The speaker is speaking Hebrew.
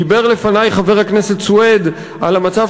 דיבר לפני חבר הכנסת סוייד על המצב